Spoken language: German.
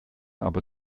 aber